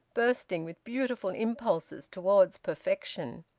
bursting with beautiful impulses towards perfection.